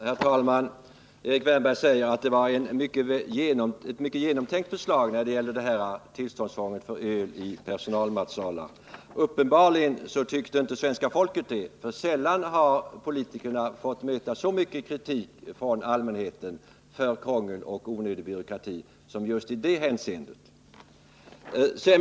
Herr talman! Erik Wärnberg säger att tillståndstvånget för servering av öl i personalmatsalar var resultatet av ett genomtänkt förslag. Uppenbarligen tyckte inte svenska folket det, för sällan har politikerna fått möta så mycket kritik från allmänheten för krångel och onödig byråkrati som just i det hänseendet.